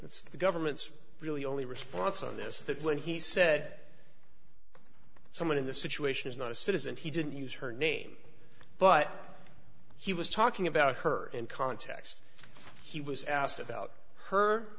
it's the government's really only response on this that when he said someone in this situation is not a citizen he didn't use her name but he was talking about her in context he was asked about her